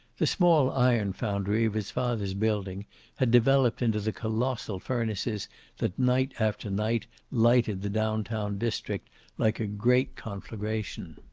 the small iron foundry of his father's building had developed into the colossal furnaces that night after night lighted the down-town district like a great conflagration.